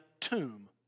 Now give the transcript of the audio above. tomb